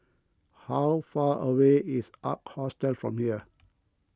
how far away is Ark Hostel from here